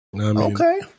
Okay